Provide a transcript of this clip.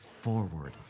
forward